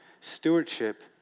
stewardship